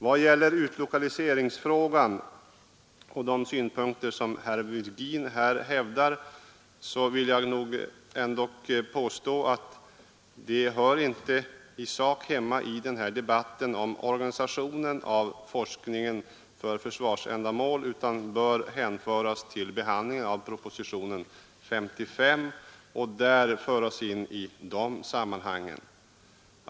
Vad gäller utlokaliseringsfrågan och de synpunkter som herr Virgin där hävdar vill jag påstå att de inte i sak hör hemma i den här debatten om organisationen av forskningen för försvarsändamål utan bör hänföras till behandlingen av propositionen 55, som för oss in i de sammanhangen.